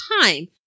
time